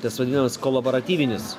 tas vadinamas kolobaratyvinis